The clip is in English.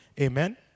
Amen